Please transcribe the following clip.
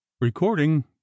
Recording